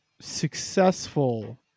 successful